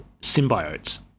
symbiotes